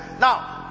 now